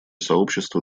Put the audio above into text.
сообщество